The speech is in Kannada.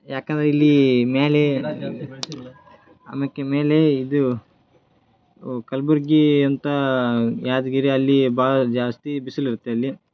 ಯಾಕಂದರೆ ಇಲ್ಲಿ ಮೇಲೆ ಆಮ್ಯಾಕೆ ಮೇಲೆ ಇದು ಕಲಬುರಗಿ ಅಂತ ಯಾದಗಿರಿ ಅಲ್ಲಿ ಭಾಳ ಜಾಸ್ತಿ ಬಿಸಿಲಿರುತ್ತೆ ಅಲ್ಲಿ